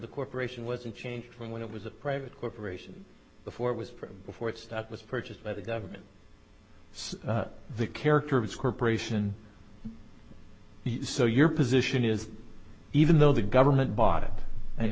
the corporation wasn't changed from when it was a private corporation before it was before it's that was purchased by the government so the character has corporation so your position is even though the government bought it and